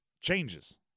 changes